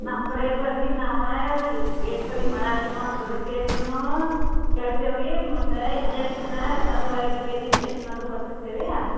ನಮ್ಮ ಕಡೆ ಬರಿ ನಾವಾ ಏ ವೇಟ್ ಕಡಿಮೆ ಮಾಡಕುನು ಅದ್ರ ಬಗ್ಗೆ ಏನುನೂ ಕೇಳ್ತೇವೆ ರೀ ಮುಂದೆ ಇಂಜೆಕ್ಷನಾ ಸಂದ ವಾಯ ಬಗ್ಗೆನೆ ಇಂಜೆಕ್ಷನ್ ಅದು ಕೊಟ್ಟಿರ್ತೇವಿಯಾ